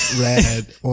red